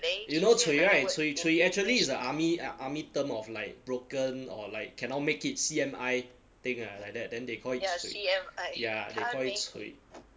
you know cui [right] cui cui actually is a army army term of like broken or like cannot make it C_M_I thing ah like that then they call it cui ya they call it cui